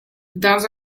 dans